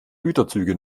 güterzüge